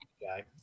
guy